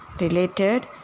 related